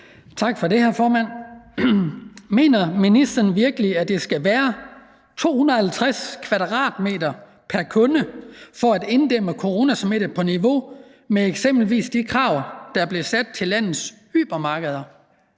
Tak for det, hr. formand. Mener ministeren virkelig, at der skal være 250 m2 pr. kunde for at inddæmme coronasmitte på niveau med eksempelvis de krav, der blev sat til landets hypermarkeder?